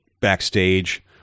backstage